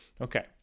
Okay